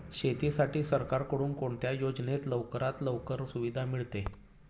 शेतीसाठी सरकारकडून कोणत्या योजनेत लवकरात लवकर सुविधा मिळते?